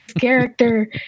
character